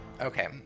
Okay